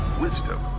wisdom